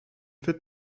fit